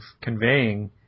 conveying